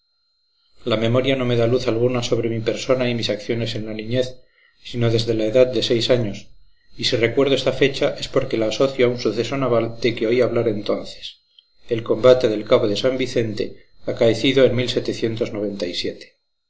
la memoria no me da luz alguna sobre mi persona y mis acciones en la niñez sino desde la edad de seis años y si recuerdo esta fecha es porque la asocio a un suceso naval de que oí hablar entonces el combate del cabo de san vicente acaecido en una